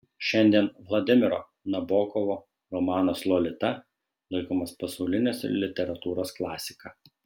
šiandien vladimiro nabokovo romanas lolita laikomas pasaulinės literatūros klasika